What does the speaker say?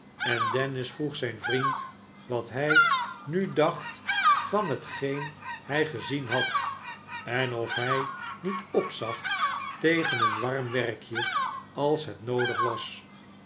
en dennis vroeg zijn vriend wat hij nu dacht van hetgeen hij gezien had en of hij niet opzag tegen een warm werkje als het noodig was